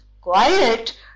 quiet